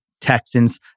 Texans